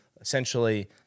essentially